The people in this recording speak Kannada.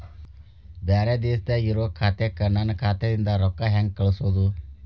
ಬ್ಯಾರೆ ದೇಶದಾಗ ಇರೋ ಖಾತಾಕ್ಕ ನನ್ನ ಖಾತಾದಿಂದ ರೊಕ್ಕ ಹೆಂಗ್ ಕಳಸೋದು?